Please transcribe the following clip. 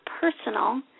personal